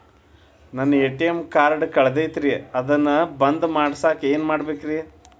ನನ್ನ ATM card ಕಳದೈತ್ರಿ ಅದನ್ನ ಬಂದ್ ಮಾಡಸಾಕ್ ಏನ್ ಮಾಡ್ಬೇಕ್ರಿ?